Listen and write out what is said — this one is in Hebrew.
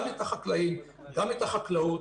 גם את החקלאים וגם את החקלאות